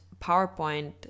PowerPoint